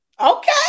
Okay